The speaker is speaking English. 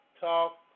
Talk